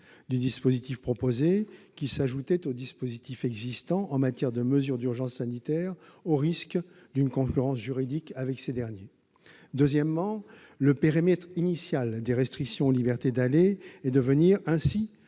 du dispositif proposé, qui s'ajoutait aux dispositifs existants en matière de mesures d'urgence sanitaire, au risque d'une concurrence juridique avec ces derniers ; deuxièmement, le périmètre initial des restrictions aux libertés d'aller et de venir ainsi